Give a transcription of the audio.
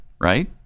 Right